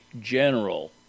general